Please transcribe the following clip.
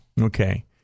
Okay